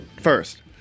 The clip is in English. first